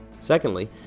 Secondly